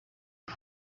uyu